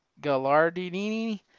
Gallardini